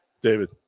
David